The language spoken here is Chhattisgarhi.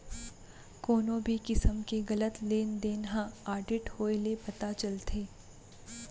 कोनो भी किसम के गलत लेन देन ह आडिट होए ले पता चलथे